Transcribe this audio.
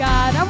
God